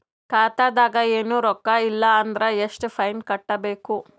ಖಾತಾದಾಗ ಏನು ರೊಕ್ಕ ಇಲ್ಲ ಅಂದರ ಎಷ್ಟ ಫೈನ್ ಕಟ್ಟಬೇಕು?